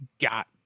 got